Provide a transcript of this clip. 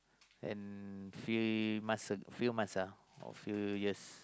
and few months uh few months uh or few years